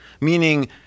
Meaning